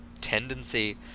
tendency